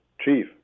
chief